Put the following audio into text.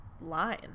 line